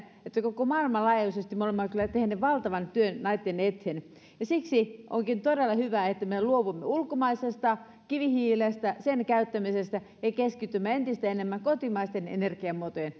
että koko maailman laajuisesti me olemme kyllä tehneet valtavan työn näitten eteen ja siksi onkin todella hyvä että me luovumme ulkomaisesta kivihiilestä sen käyttämisestä ja keskitymme entistä enemmän kotimaisten energiamuotojen